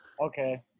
Okay